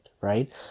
right